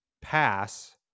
pass